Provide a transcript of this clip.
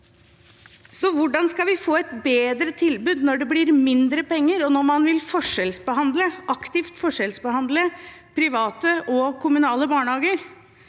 på: Hvordan skal vi få et bedre tilbud når det blir mindre penger, og når man aktivt vil forskjellsbehandle private og kommunale barnehager?